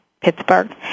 Pittsburgh